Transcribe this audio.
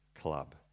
club